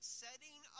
setting